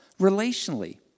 relationally